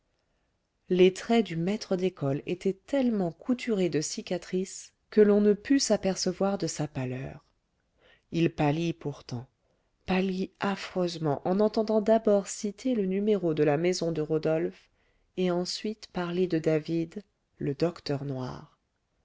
les traits du maître d'école étaient tellement couturés de cicatrices que l'on ne put s'apercevoir de sa pâleur il pâlit pourtant pâlit affreusement en entendant d'abord citer le numéro de la maison de rodolphe et ensuite parler de david le docteur noir